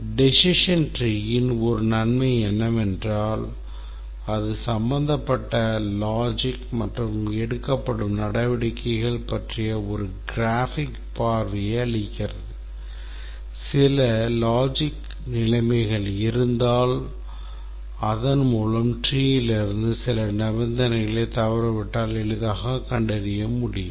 decision treesன் ஒரு நன்மை என்னவென்றால் அது சம்பந்தப்பட்ட logic மற்றும் எடுக்கப்படும் நடவடிக்கைகள் பற்றிய ஒரு கிராஃபிக் பார்வையை அளிக்கிறது சில logic நிலைமைகள் இருந்தால் அதன் மூலம் treeலிருந்து சில நிபந்தனைகள் தவறவிட்டால் எளிதாக கண்டறிய முடியும்